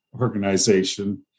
organization